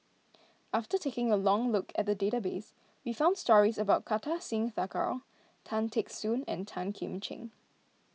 after taking a look at the database we found stories about Kartar Singh Thakral Tan Teck Soon and Tan Kim Ching